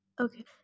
Okay